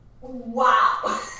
wow